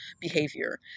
behavior